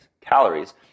calories